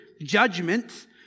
judgment